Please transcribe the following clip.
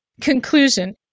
Conclusion